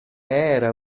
era